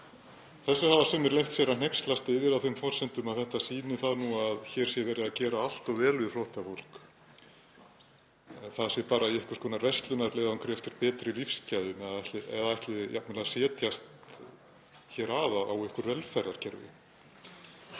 Þessu hafa sumir leyft sér að hneykslast yfir á þeim forsendum að þetta sýni það nú að hér sé verið að gera allt of vel við flóttafólk, það sé bara í einhvers konar verslunarleiðangri eftir betri lífsgæðum eða ætli jafnvel að setjast hér að á einhver velferðarkerfi.